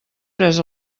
pres